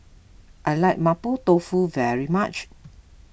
I like Mapo Tofu very much